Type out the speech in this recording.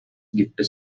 gift